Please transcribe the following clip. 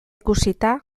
ikusita